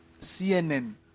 CNN